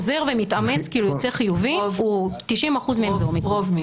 שחוזר ומתאמת, יוצא חיובי, 90% מהם זה אומיקרון.